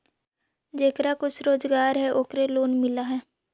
जेकरा कुछ रोजगार है ओकरे लोन मिल है?